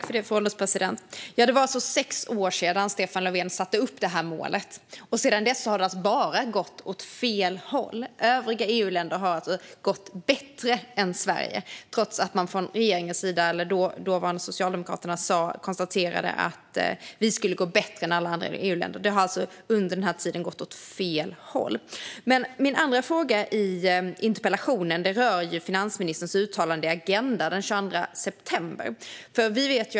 Fru ålderspresident! Det var alltså sex år sedan Stefan Löfven satte upp detta mål, och sedan dess har det bara gått åt fel håll. Det har gått bättre för övriga EU-länder än för Sverige, trots att Socialdemokraterna då sa att det skulle gå bättre för oss än för dem. Min andra fråga i interpellationen rörde finansministerns uttalande i Agenda den 22 september.